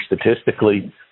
statistically